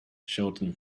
sheldon